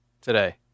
today